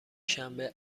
شنبه